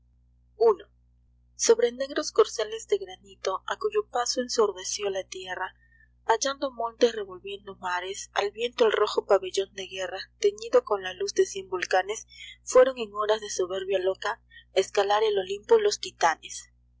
o sobre negros corcel s de granito a cuyo paso asordeció la tierra hollando montes revolviendo mares al viento el rojo pabellon de guerra tefiido con la luz de cien volcanes fueron en horas de soberbia loca a escalar el olimpo los titanes